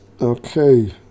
Okay